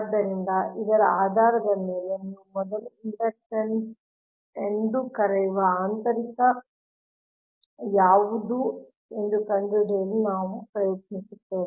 ಆದ್ದರಿಂದ ಇದರ ಆಧಾರದ ಮೇಲೆ ನೀವು ಮೊದಲು ಇಂಡಕ್ಟನ್ಸ್ ಎಂದು ಕರೆಯುವ ಆಂತರಿಕ ಯಾವುದು ಎಂದು ಕಂಡುಹಿಡಿಯಲು ನಾವು ಪ್ರಯತ್ನಿಸುತ್ತೇವೆ